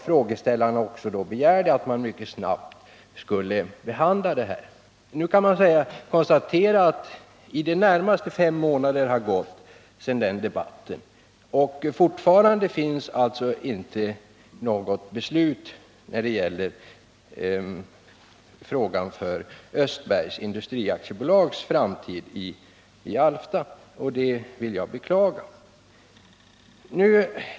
Frågeställarna begärde också en snabb behandling. Nu kan man emellertid konstatera att det har förflutit i det närmaste fem månader sedan den debatten fördes, men något beslut om Östbergs Fabriks AB:s i Alfta framtid har ännu inte fattats, vilket jag beklagar.